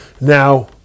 Now